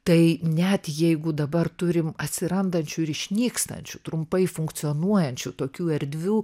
tai net jeigu dabar turim atsirandančių ir išnykstančių trumpai funkcionuojančių tokių erdvių